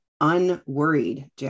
unworried